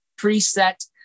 preset